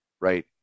right